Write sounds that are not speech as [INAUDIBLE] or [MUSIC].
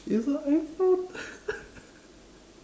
it's not iphone [LAUGHS]